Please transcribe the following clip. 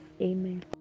Amen